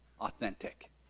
authentic